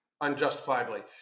unjustifiably